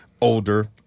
older